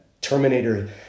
Terminator